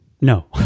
No